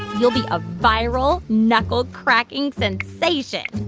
you'll be a viral knuckle-cracking sensation